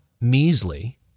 measly